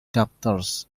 doctors